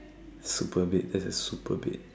super bed that's a super bed